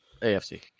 afc